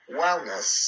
wellness